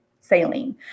saline